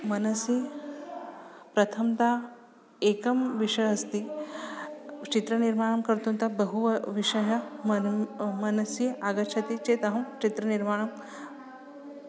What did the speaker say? मनसि प्रथमतः एकः विषयः अस्ति चित्रनिर्माणं कर्तुं त बहु विषयः मनः मनसि आगच्छति चेत् अहं चित्रनिर्माणं